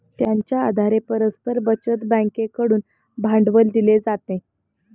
त्यांच्या आधारे परस्पर बचत बँकेकडून भांडवल दिले जाते